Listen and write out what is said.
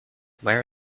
where